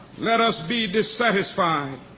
let us be dissatisfied